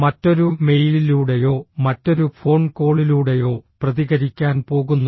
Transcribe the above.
മറ്റൊരു മെയിലിലൂടെയോ മറ്റൊരു ഫോൺ കോളിലൂടെയോ പ്രതികരിക്കാൻ പോകുന്നു